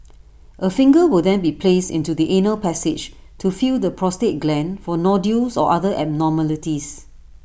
A finger will then be placed into the anal passage to feel the prostate gland for nodules or other abnormalities